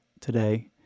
today